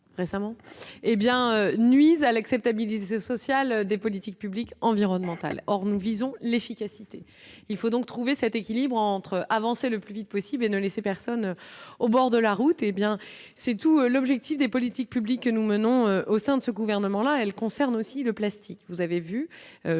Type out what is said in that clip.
hé bien nuisent à l'acceptabilité sociale des politiques publiques environnementales, or nous visons l'efficacité, il faut donc trouver cet équilibre entre avancer le plus vite possible et ne laisser personne. Au bord de la route, hé bien c'est tout l'objectif des politiques publiques que nous menons au sein de ce gouvernement là, elle concerne aussi le plastique, vous avez vu,